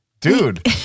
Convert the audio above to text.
dude